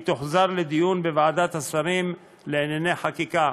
היא תוחזר לדיון בוועדת השרים לענייני חקיקה.